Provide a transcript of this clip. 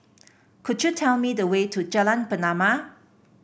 could you tell me the way to Jalan Pernama